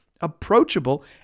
approachable